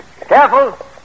Careful